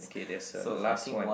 okay there's a last one